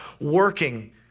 working